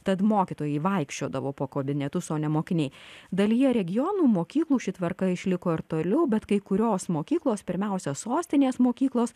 tad mokytojai vaikščiodavo po kabinetus o ne mokiniai dalyje regionų mokyklų ši tvarka išliko ir toliau bet kai kurios mokyklos pirmiausia sostinės mokyklos